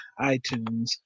iTunes